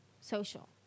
social